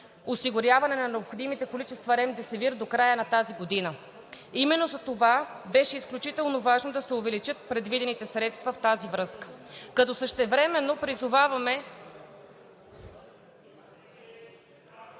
осигуряване на необходимите количества ремдесивир до края на тази година. Именно затова беше изключително важно да се увеличат предвидените средства в тази връзка, като същевременно призоваваме...